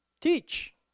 teach